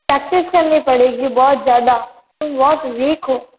practice करनी पड़ेगी बहुत ज़्यादा तुम बहुत वीक हो